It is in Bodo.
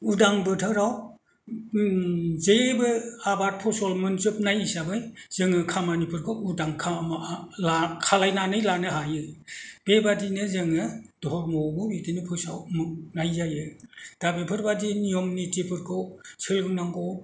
उदां बोथोराव जेबो आबाद फसल मोनजोबनाय हिसाबै खामानिफोरखौ उदां खालामनानै लानो हायो बेबादिनो जोङो धरम'आवबो बिदिनो फोसावनाय जायो दा बेफोरबादि नियम नितिफोरखौ सोलोंनांगौ